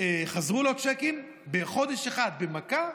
חזרו לו הצ'קים בחודש אחד במכה,